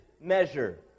measure